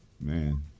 Man